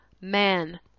man